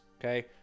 Okay